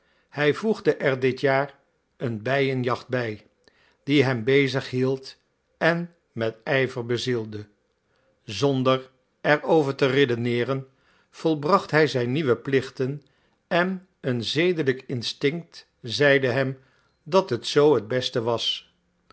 hij voegde er dit jaar een bijenjacht bij die hem bezig hield en met ijver bezielde zonder er over te redeneeren volbracht hij zijn nieuwe plichten en een zedelijk instinct zeide hem dat t zoo het beste was